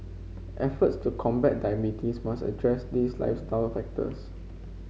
efforts to combat diabetes must address these lifestyle factors